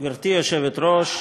גברתי היושבת-ראש,